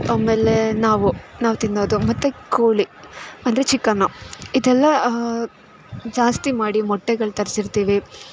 ಆಮೇಲೆ ನಾವು ನಾವು ತಿನ್ನೋದು ಮತ್ತು ಕೋಳಿ ಅಂದರೆ ಚಿಕನು ಇದೆಲ್ಲಾ ಜಾಸ್ತಿ ಮಾಡಿ ಮೊಟ್ಟೆಗಳು ತರಿಸಿರ್ತೀವಿ